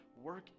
work